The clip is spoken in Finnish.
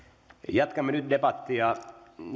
jatkamme nyt debattia